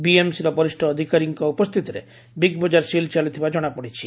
ବିଏମ୍ସିର ବରିଷ ଅଧବକାରୀଙ୍କ ଉପସ୍ଥିତିରେ ବିଗ୍ ବଜାର ସିଲ୍ ଚାଲିଥିବା ଜଣାପଡ଼ିଛି